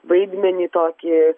vaidmenį tokį